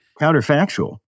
counterfactual